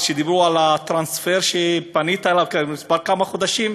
אז, כבר לפני כמה חודשים,